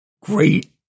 great